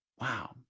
wow